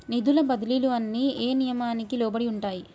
నిధుల బదిలీలు అన్ని ఏ నియామకానికి లోబడి ఉంటాయి?